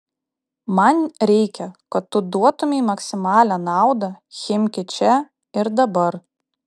man reikia kad tu duotumei maksimalią naudą chimki čia ir dabar